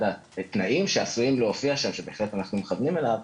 אחד התנאים שעשויים להופיע שם שבהחלט אנחנו מכוונים אליו,